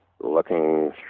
looking